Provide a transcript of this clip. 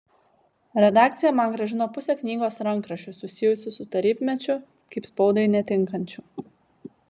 redakcija man grąžino pusę knygos rankraščių susijusių su tarybmečiu kaip spaudai netinkančių